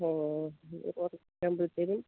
ഓ